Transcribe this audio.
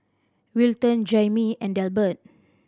Wilton Jayme and Delbert